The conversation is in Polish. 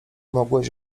mogłeś